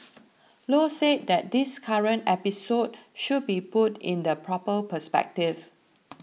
Low said that this current episode should be put in the proper perspective